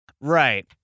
Right